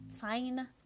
fine